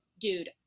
Dude